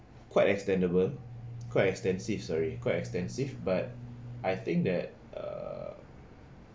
quite extendable quite extensive sorry quite extensive but I think that uh